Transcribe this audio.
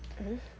mmhmm